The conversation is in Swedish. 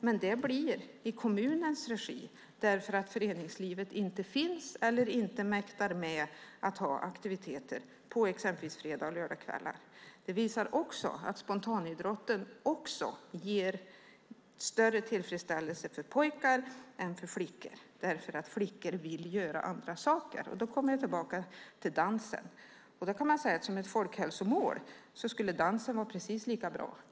Men det blir i kommunens regi, eftersom föreningslivet inte finns eller inte mäktar med att ha aktiviteter på exempelvis fredags och lördagskvällar. Det visar också att spontanidrotten ger större tillfredsställelse för pojkar än för flickor, eftersom flickor vill göra andra saker. Då kommer jag tillbaka till dansen. Som ett folkhälsomål skulle dansen vara precis lika bra.